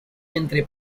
entre